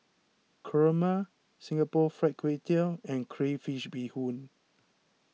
Kurma Singapore Fried Kway Tiao and Crayfish BeeHoon